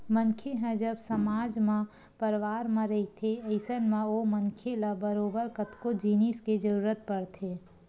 मनखे ह जब समाज म परवार म रहिथे अइसन म ओ मनखे ल बरोबर कतको जिनिस के जरुरत पड़थे